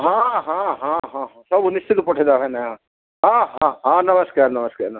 ହଁ ହଁ ହଁ ହଁ ହଁ ସବୁ ନିଶ୍ଚିତ ପଠେଇଦେବା ଭାଇନା ହଁ ହଁ ହଁ ହଁ ନମସ୍କାର ନମସ୍କାର ନମସ୍କାର